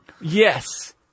Yes